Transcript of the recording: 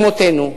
אמותינו,